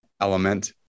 element